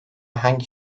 hangi